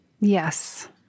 Yes